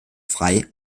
frei